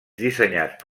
dissenyats